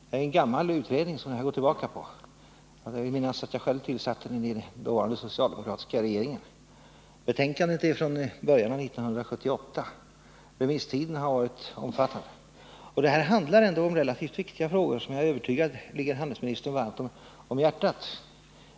Det hela går tillbaka på en gammal utredning. Jag vill minnas att jag själv tillsatte den i den dåvarande socialdemokratiska regeringen. Betänkandet är från början av 1978. Remisstiden har varit omfattande, och det här rör sig ändå om relativt viktiga frågor som jag är övertygad om ligger handelsministern varmt om hjärtat.